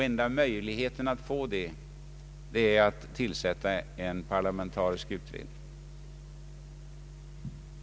Enda möjligheten att få en sådan förankring är att tillsätta en parlamentarisk utredning.